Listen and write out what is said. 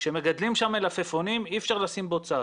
כאשר מגדלים שם מלפפונים אי אפשר לשים בוצה,